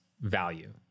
value